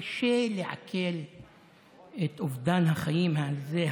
קשה לעכל את אובדן החיים הזה,